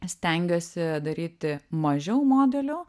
stengiuosi daryti mažiau modelių